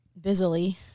Busily